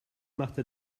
machte